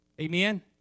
Amen